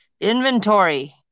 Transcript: inventory